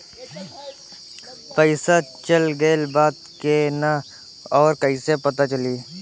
पइसा चल गेलऽ बा कि न और कइसे पता चलि?